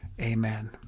Amen